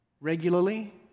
regularly